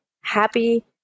happy